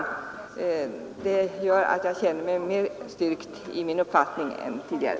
Det gör att jag känner mig mer styrkt i min uppfattning än tidigare.